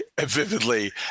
vividly